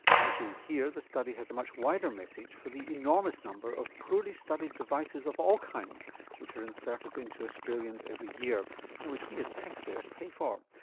as you'll hear the study has a much wider message for the enormous number of poorly studied devices of all kinds which are inserted into australians every year and which we as taxpayers pay for.